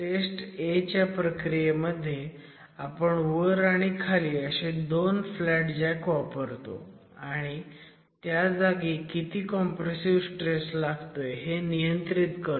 taste A च्या प्रक्रियेमध्ये आपण वर आणि खाली असे दोन फ्लॅट जॅक वापरतो आणि त्या जागी किती कॉम्प्रेसिव्ह स्ट्रेस लागतोय हे नियंत्रित करतो